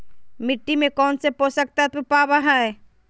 मिट्टी में कौन से पोषक तत्व पावय हैय?